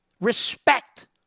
Respect